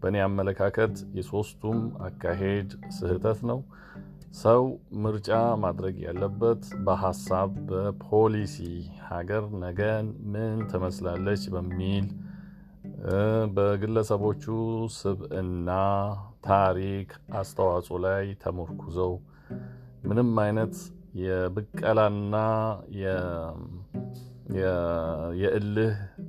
በእኔ አመለካከት የሶስቱም አካሄድ ስህተት ነው። ሰው ምርጫ ማድረግ ያለበት በሐሳብ፣ በፖሊሲ ሀገር ነገን ምን ተመስላለች በሚል፣ እ፣ በግለሰቦቹ ስብ እና ታሪክ አስተዋጽኦ ላይ ተመርኩዘው ምንም አይነት የብቀላና የ- የ- የእልህ